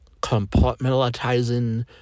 compartmentalizing